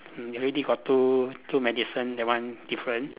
already got two two medicine that one different